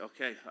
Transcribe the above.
okay